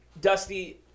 Dusty